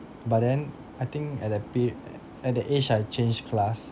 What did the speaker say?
but then I think at that per~ at that age I changed class